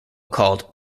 called